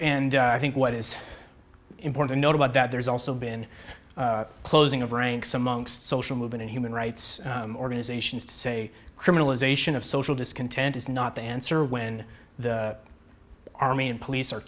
and i think what is important to note about that there's also been closing of ranks amongst social movement in human rights organizations to say criminalization of social discontent is not the answer when the army and police are